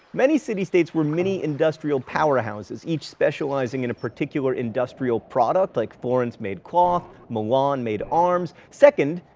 many city states were mini-industrial powerhouses each specializing in a particular industrial product like florence made cloth, milan made arms. second,